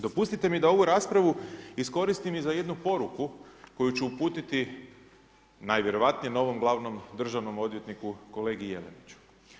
Dopustite mi da ovu raspravu iskoristim i za jednu poruku koju ću uputiti najvjerojatnije novom glavnom državnom odvjetniku Jeliniću.